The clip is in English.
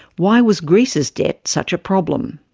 why was greece's debt such a problem?